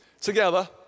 Together